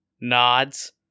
nods